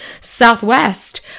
southwest